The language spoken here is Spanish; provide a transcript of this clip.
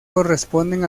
corresponden